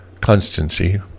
constancy